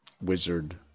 Wizard